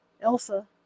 Elsa